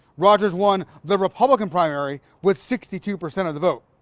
rogers won the republican primary with sixty two percent of the vote.